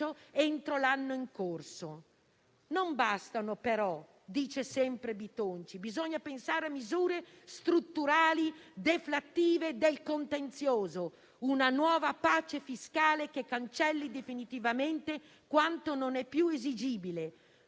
entro l'anno in corso». Non basta, però, come sostiene Bitonci «pensare a misure strutturali, deflattive del contenzioso, una nuova pace fiscale che cancelli definitivamente quanto non è più esigibile,